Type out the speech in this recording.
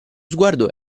sguardo